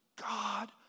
God